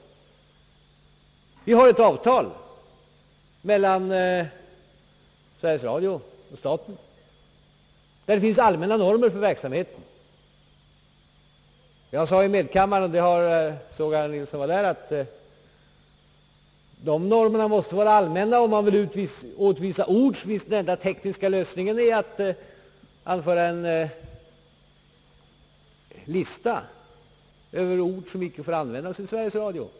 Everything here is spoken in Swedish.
Det finns ett avtal mellan Sveriges Radio och staten. Däri finns intagna allmänna normer för verksamheten. Jag sade i medkammaren — jag såg att herr Ferdinand Nilsson var där — att de normerna måste vara allmänna. Om man vill förbjuda vissa ord är den enda tekniska lösningen att göra upp en lista över ord som inte får användas inom Sveriges Radio.